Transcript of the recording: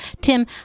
Tim